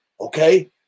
okay